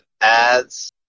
ads